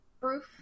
proof